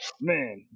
man